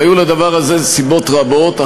והיו לדבר הזה סיבות רבות,